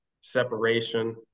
separation